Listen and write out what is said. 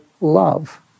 love